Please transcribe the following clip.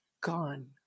gone